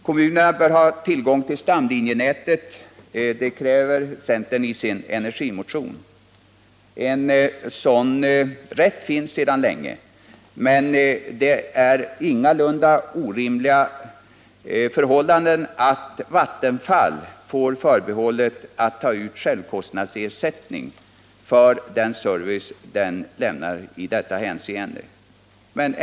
Kommunerna bör ha tillgång till stamlinjenätet, kräver centern i sin energimotion. En sådan rätt finns sedan länge, och det är ingalunda ett orimligt förhållande att Vattenfall får förbehållet att ta ut självkostnadsersättning för den service man i detta hänseende lämnar.